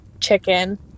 chicken